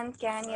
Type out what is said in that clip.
כן, כן.